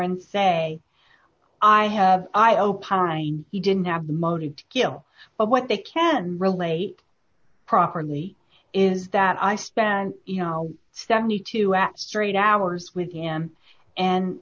and say i have i opined he didn't have the motive to kill but what they can relate properly is that i spent you know seventy two at straight hours with him and